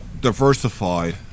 diversified